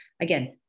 again